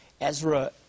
Ezra